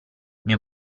mio